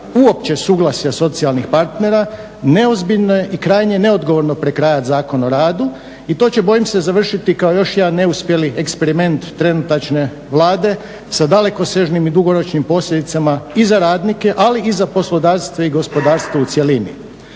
uopće suglasja socijalnih partera, neozbiljno je i krajnje neodgovorno prekrajati Zakon o radu i to će bojim se završiti kao još jedan neuspjeli eksperiment trenutačne Vlade sa dalekosežnim i dugoročnim posljedicama i za radnike a i za poslodavce i gospodarstvo u cjelini.